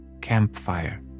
campfire